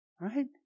right